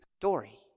story